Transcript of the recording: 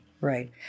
Right